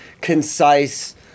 concise